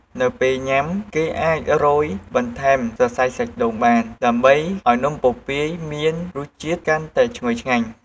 នៅពេលញ៉ាំ គេអាចរោយបន្ថែមសរសៃសាច់ដូងបាន ដើម្បីឲ្យនំពពាយមានរសជាតិកាន់តែឈ្ងុយឆ្ងាញ់។